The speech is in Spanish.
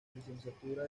licenciatura